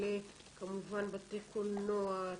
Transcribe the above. כמובן בתי קולנוע,